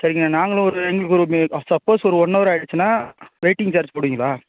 சரிங்க நாங்களும் ஒரு எங்களுக்கு ஒரு மே சப்போஸ் ஒரு ஒன் அவர் ஆகிடுச்சினா வெய்ட்டிங் சார்ஜ் போடுவீங்களா